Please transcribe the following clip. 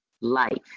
life